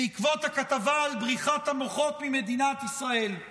בעקבות הכתבה על בריחת המוחות ממדינת ישראל.